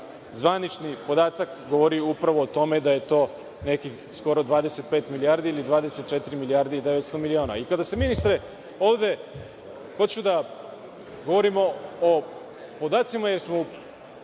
zvanični podatak govori upravo o tome da je to nekih skoro 25 milijardi ili 24 milijarde i 900 miliona. Ministre, kada ste ovde, hoću da govorimo o podacima, jer smo